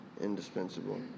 indispensable